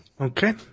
Okay